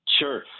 Sure